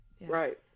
right